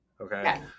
Okay